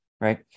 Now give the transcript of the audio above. Right